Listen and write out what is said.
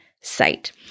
site